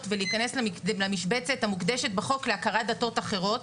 ולהיכנס למשבצת המוקדשת בחוק להכרת דתות אחרות,